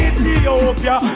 Ethiopia